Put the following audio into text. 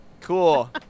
Cool